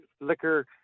liquor